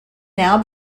now